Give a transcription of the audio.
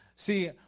See